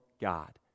God